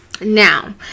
Now